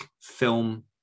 film